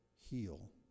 heal